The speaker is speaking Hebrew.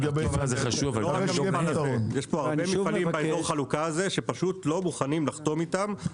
יש מפעלים שפשוט לא מוכנים לחתום איתם.